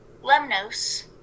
Lemnos